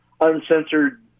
uncensored